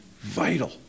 Vital